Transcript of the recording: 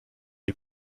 des